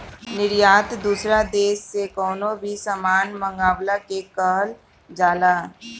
निर्यात दूसरा देस से कवनो भी सामान मंगवला के कहल जाला